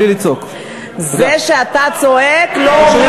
תשמע, זה שאתה צועק, חבר